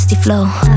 Flow